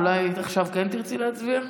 אולי עכשיו כן תרצי להצביע?